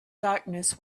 darkness